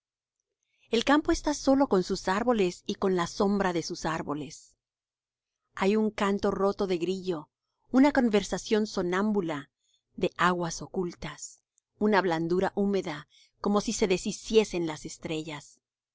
el campo está solo con sus árboles y con la sombra de sus árboles hay un canto roto de grillo una conversación sonámbula de aguas ocultas una blandura húmeda como si se deshiciesen las estrellas